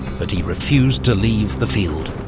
but he refused to leave the field.